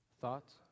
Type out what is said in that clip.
Thoughts